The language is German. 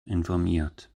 informiert